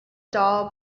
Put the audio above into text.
doll